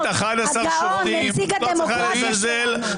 "הגאון", נציג הדמוקרטיה שלנו.